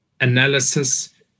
analysis